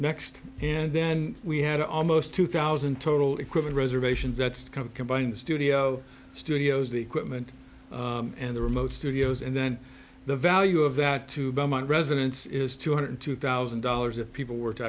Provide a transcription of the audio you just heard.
next and then we had almost two thousand total equipment reservations that's combined studio studios the equipment and the remote studios and then the value of that to belmont residents is two hundred two thousand dollars if people were to